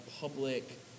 public